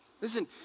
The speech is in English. Listen